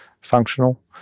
functional